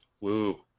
Woo